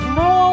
no